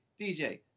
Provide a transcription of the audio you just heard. DJ